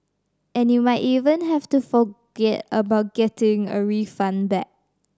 and you might even have to forget about getting a refund back